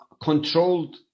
controlled